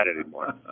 anymore